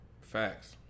Facts